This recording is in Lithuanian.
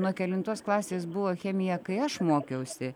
nuo kelintos klasės buvo chemija kai aš mokiausi